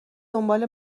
دنبال